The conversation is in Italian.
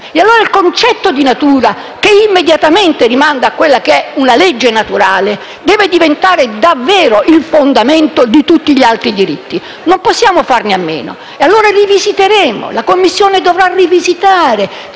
E allora è il concetto di natura, che immediatamente rimanda a quella che è la legge naturale, deve diventare davvero il fondamento di tutti gli altri diritti. Non possiamo farne a meno. La Commissione dovrà rivisitare,